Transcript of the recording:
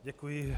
Děkuji.